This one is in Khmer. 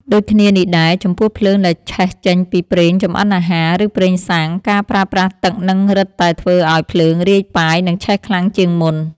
ដូចគ្នានេះដែរ ចំពោះភ្លើងដែលឆេះចេញពីប្រេងចម្អិនអាហារ ឬប្រេងសាំង ការប្រើប្រាស់ទឹកនឹងរឹតតែធ្វើឱ្យភ្លើងរាយប៉ាយ និងឆេះខ្លាំងជាងមុន។